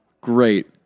great